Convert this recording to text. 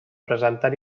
presentar